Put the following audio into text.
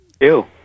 Ew